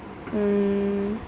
mm